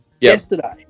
yesterday